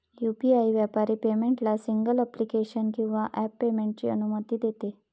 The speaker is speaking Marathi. यू.पी.आई व्यापारी पेमेंटला सिंगल ॲप्लिकेशन किंवा ॲप पेमेंटची अनुमती देते